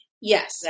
Yes